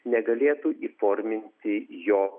negalėtų įforminti jo